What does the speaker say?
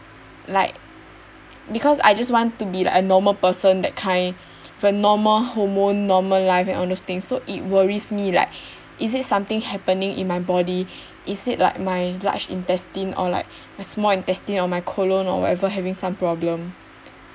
like because I just want to be like a normal person that kind with a normal hormone normal life and all those things so it worries me like is it something happening in my body is it like my large intestine or like my small intestine or my colon or whatever having some problem